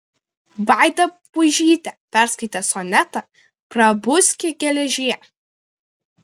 vaida puižytė perskaitė sonetą prabuski geležie